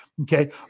Okay